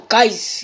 Guys